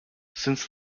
since